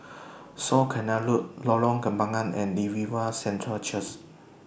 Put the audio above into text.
South Canal Road Lorong Kembangan and Revival Centre Church